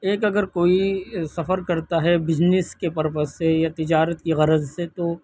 ایک اگر کوئی سفر کرتا ہے بجنس کے پرپس سے یا تجارت کی غرض سے تو